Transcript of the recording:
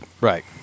right